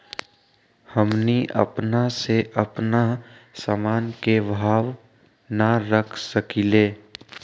हमनी अपना से अपना सामन के भाव न रख सकींले?